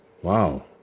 Wow